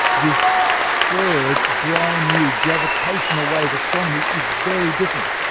this third, brand-new gravitational wave astronomy is very different.